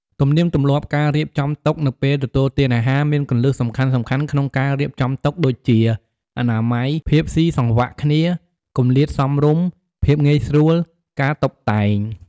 ទំនៀមទម្លាប់ ការរៀបចំតុ នៅពេលទទួលទានអាហារមានគន្លឹះសំខាន់ៗក្នុងការរៀបចំតុដូចជា អនាម័យ ភាពស៊ីសង្វាក់គ្នា គម្លាតសមរម្យ ភាពងាយស្រួល ការតុបតែង។